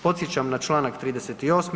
Podsjećam na čl. 38.